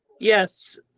Yes